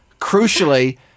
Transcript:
crucially